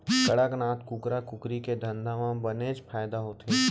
कड़कनाथ कुकरा कुकरी के धंधा म बनेच फायदा होथे